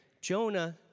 Jonah